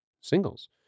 singles